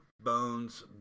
bones